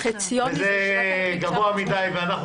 זה החציון ---- וזה גבוה מדי --- ואנחנו